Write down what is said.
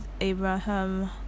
abraham